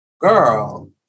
girl